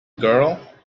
girl